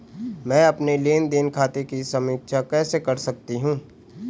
मैं अपने लेन देन खाते की समीक्षा कैसे कर सकती हूं?